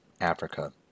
africa